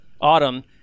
autumn